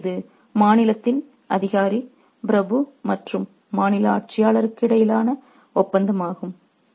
எனவே இது மாநிலத்தின் அதிகாரி பிரபு மற்றும் மாநில ஆட்சியாளருக்கு இடையிலான ஒப்பந்தமாகும்